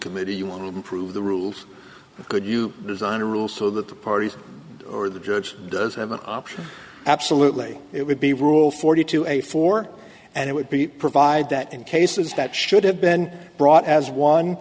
improve the rules could you design a rule so that the parties or the judge does have an option absolutely it would be rule forty two a four and it would be provide that in cases that should have been brought as one